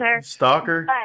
stalker